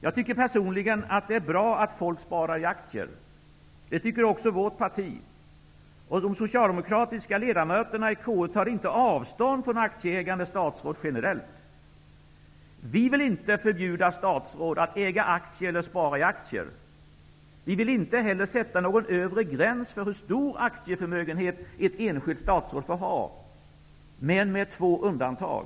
Jag tycker personligen att det är bra att folk sparar i aktier. Det tycker också vårt parti, och de socialdemokratiska ledamöterna i KU tar inte avstånd från aktieägande statsråd generellt. Vi vill inte förbjuda statsråd att äga aktier eller att spara i aktier. Vi vill inte heller sätta någon övre gräns för hur stor aktieförmögenhet ett enskilt statsråd får ha -- men med två undantag.